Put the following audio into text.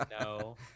No